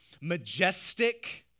majestic